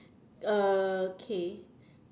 uh okay